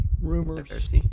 rumors